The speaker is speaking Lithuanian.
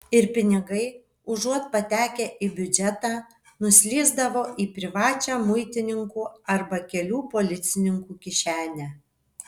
ir pinigai užuot patekę į biudžetą nuslysdavo į privačią muitininkų arba kelių policininkų kišenę